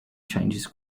changes